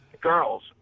girls